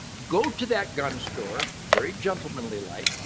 go to that gun store, very gentlemanly like,